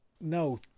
No